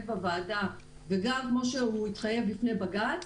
בוועדה וגם כמו שהוא התחייב לפני בג"ץ,